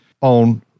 on